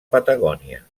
patagònia